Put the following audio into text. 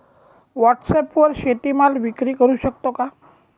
व्हॉटसॲपवर शेती माल विक्री करु शकतो का?